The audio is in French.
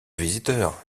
visiteurs